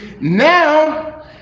now